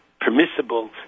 permissible